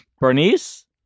Bernice